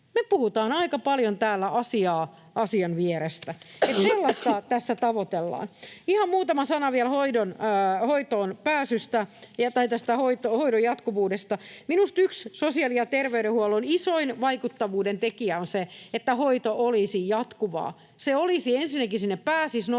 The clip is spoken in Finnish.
Me puhutaan aika paljon täällä asiaa asian vierestä. Että sellaista tässä tavoitellaan. Ihan muutama sana vielä hoidon jatkuvuudesta. Minusta yksi sosiaali‑ ja terveydenhuollon isoin vaikuttavuuden tekijä on se, että hoito olisi jatkuvaa — ensinnäkin, että sinne pääsisi nopeasti,